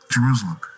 Jerusalem